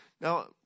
now